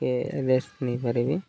ଟିକେ ରେଷ୍ଟ ନେଇପାରିବି